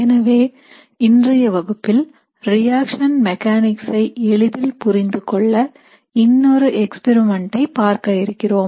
எனவே இன்றைய வகுப்பில் ரியாக்ஷன் மெக்கானிக் ஐ எளிதில் புரிந்துகொள்ள இன்னொரு எக்ஸ்பிரிமெண்ட் ஐ பார்க்க இருக்கிறோம்